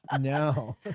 No